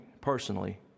personally